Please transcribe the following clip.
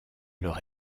leur